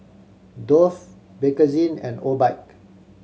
Dove Bakerzin and Obike